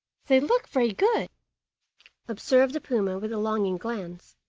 they look very good observed the puma with a longing glance,